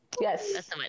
Yes